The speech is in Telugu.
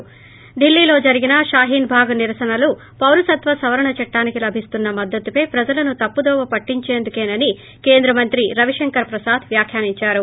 ి ఢిల్లీలో జరిగిన షాహీన్ భాగ్ నిరసనలు పౌరసత్వ సవరణ చట్టానికి లభిస్తున్న మద్దతుపై ప్రజలను తప్పుదోవ పట్టించేందుకే అని కేంద్రమంత్రి రవిశంకర్ ప్రసాద్ వ్యాఖ్యానించారు